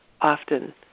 often